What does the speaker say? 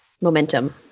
momentum